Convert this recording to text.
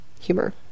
humor